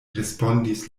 respondis